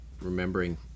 remembering